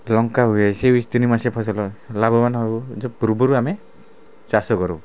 ଲଙ୍କା ହୁଏ ସିଏ ବି ତିନି ମାସିଆ ଫସଲ ଲାଭବାନ ହବୁ ଯେଉଁ ପୂର୍ବରୁ ଆମେ ଚାଷ କରୁ